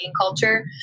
culture